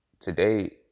Today